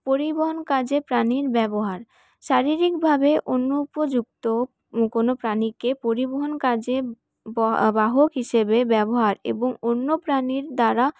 পরিবহণ কাজে প্রাণীর ব্যবহার শারীরিকভাবে অনুপযুক্ত কোন প্রাণীকে পরিবহণ কাজে বাহক হিসেবে ব্যবহার এবং অন্য প্রাণীর দ্বারা